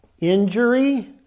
Injury